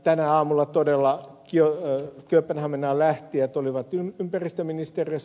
tänä aamuna todella kööpenhaminaan lähtijät olivat ympäristöministeriössä